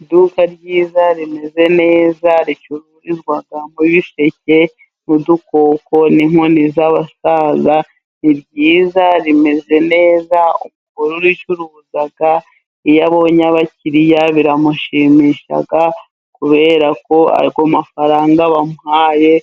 Iduka ryiza rimeze neza ricururizwamo biseke n'udukoko n'inkoni z'abasaza ni byiza rimeze neza. Umugore ubicuruza iyo abonye abakiriya biramushimisha kubera ko abona amafaranga bamuhaye